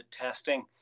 testing